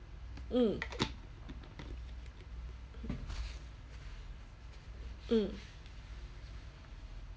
mm mm